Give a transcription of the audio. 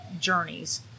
journeys